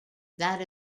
that